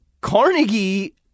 Carnegie